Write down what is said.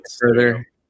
further